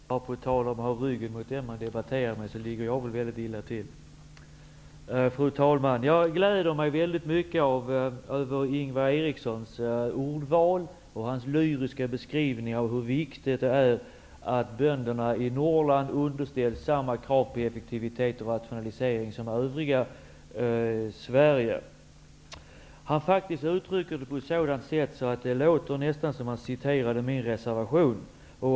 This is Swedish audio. Fru talman! På tal om att ha ryggen mot den man debatterar med så står väl jag väldigt illa till. Fru talman! Jag gläder mig mycket åt Ingvar Erikssons ordval och hans lyriska beskrivningar av hur viktigt det är att bönderna i Norrland underställs samma krav på effektivitet och rationalisering som bönderna i övriga Sverige. Han uttrycker sig så att det låter som om han citerade min reservation.